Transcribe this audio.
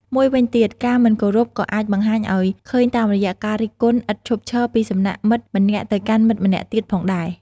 មួយវិញទៀត ការមិនគោរពក៏អាចបង្ហាញឱ្យឃើញតាមរយៈការរិះគន់ឥតឈប់ឈរពីសំណាក់មិត្តម្នាក់ទៅកាន់មិត្តម្នាក់ទៀតផងដែរ។